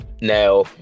Now